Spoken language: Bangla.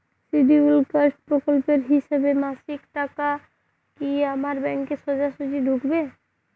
শিডিউলড কাস্ট প্রকল্পের হিসেবে মাসিক টাকা কি আমার ব্যাংকে সোজাসুজি ঢুকবে?